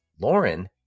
Lauren